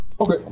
okay